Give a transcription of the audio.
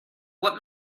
what